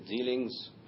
dealings